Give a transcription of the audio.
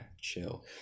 chill